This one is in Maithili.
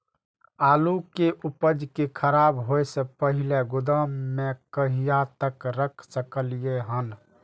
आलु के उपज के खराब होय से पहिले गोदाम में कहिया तक रख सकलिये हन?